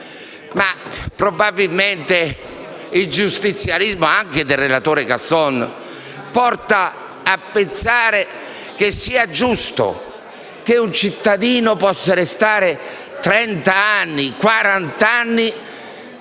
Probabilmente il giustizialismo anche del relatore Casson porta a pensare che sia giusto che un cittadino possa restare trenta